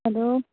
hello